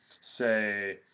say